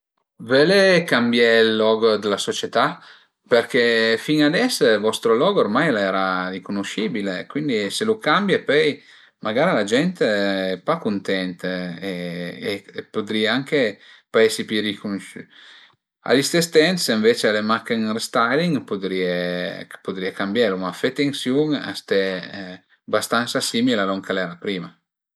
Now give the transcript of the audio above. Völe cambié ël logo d'la società? Perché fin a ades ël vostro logo ormai al era ricunuscibile cuindi se lu cambie pöi magara la gent al e pa cuntent e pudrìa anche pa esi pi ricunusü. A i stes temp ënvece s'al e mach ün restyling pudrìe pudrìe cambielu, ma fe atensiun a ste bastansa simil a lon ch'al era prima